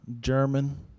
German